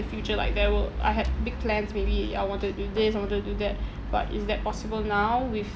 the future like there will I had big plans maybe I wanted to do this I wanted to do that but is that possible now with